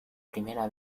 primera